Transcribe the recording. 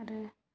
आरो